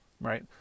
Right